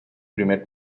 primer